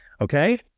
okay